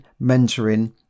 mentoring